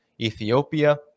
Ethiopia